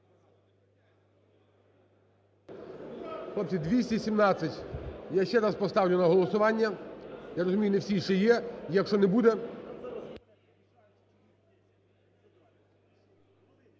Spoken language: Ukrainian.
За-217 Я ще раз поставлю на голосування. Я розумію, не всі ще є, якщо не буде…